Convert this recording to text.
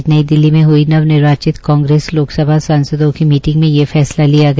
आज नई दिल्ली में हई निर्वाचित कांग्रेस लोकसभा सांसदों की मीटिंग में ये फैसला किया गया